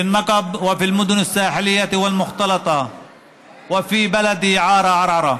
בנגב ובערי השפלה והמעורבות ובכפר שלי ערה-ערערה,